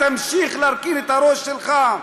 תמשיך להרכין את הראש שלך.